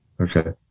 okay